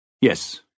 Yes